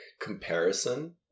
comparison